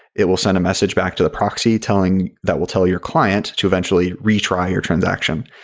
it will send a message back to the proxy telling that will tell your client to eventually retry your transaction,